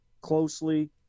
closely